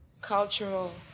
cultural